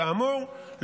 כאמור,